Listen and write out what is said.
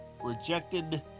rejected